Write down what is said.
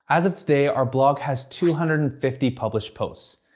as of today, our blog has two hundred and fifty published posts.